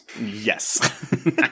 Yes